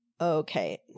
okay